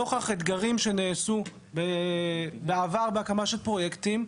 נוכח אתגרים שנעשו בעבר בהקמה של פרויקטים,